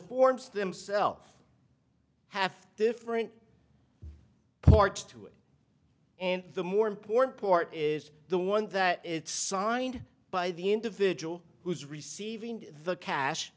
forms themselves have different parts to it and the more important port is the one that it's signed by the individual who is receiving the cash